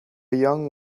young